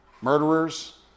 Murderers